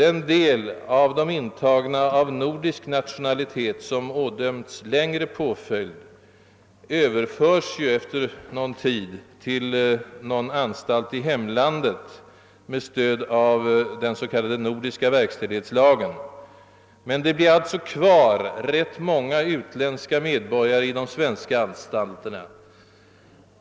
En del av de intagna av nordisk nationalitet som ådömts längre påföljd överförs efter någon tid till någon anstalt i hemlandet med stöd av den s.k. nordiska verkställighetslagen, men det blir rätt många utländska medborgare kvar i de svenska anstalterna.